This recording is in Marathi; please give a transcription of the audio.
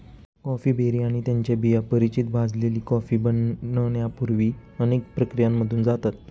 कॉफी बेरी आणि त्यांच्या बिया परिचित भाजलेली कॉफी बनण्यापूर्वी अनेक प्रक्रियांमधून जातात